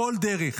כל דרך,